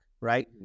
right